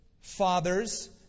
fathers